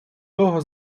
того